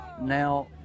now